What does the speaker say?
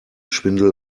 schwindel